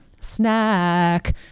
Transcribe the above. snack